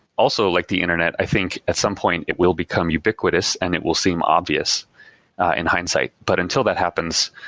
also, like the internet, i think at some point it will become ubiquitous and it will seem obvious in hindsight, but until that happens,